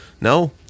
no